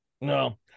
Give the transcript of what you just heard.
No